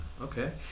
okay